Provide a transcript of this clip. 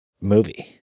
movie